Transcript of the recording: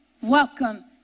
welcome